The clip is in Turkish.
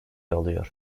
alıyor